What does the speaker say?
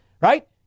Right